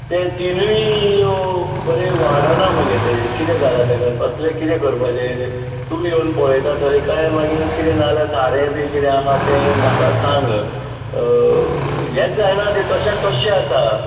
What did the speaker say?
ते तिनूय बरें वाडना मगे ते कितें जाल तेका कसले कितें करपाचें तूं येवन पळयता थंय काय मागीर कितें ना जाल्यार सारें बी कितें आहा तें म्हाका सांग हेंच जायना तें तश्याक तशें आसा